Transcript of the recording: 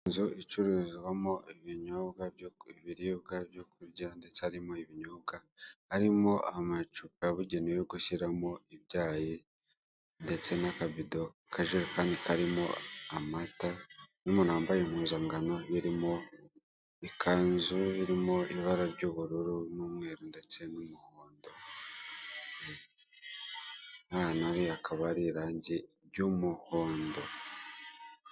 Inzu icuzwamo ibinyobwa ibiribwa byo kurya ndetse harimo ibinyobwa arimo amacupa yabugenewe yo gushyiramo ibyayi ndetse n'akabido akajekani karimo amata n'umuntu wambaye impuzangano birimo ikanzu irimo ibara ry'ubururu n'umweru ndetse n'umuhondo n'ahantu ari hakaba hari irange ry'umuhondo.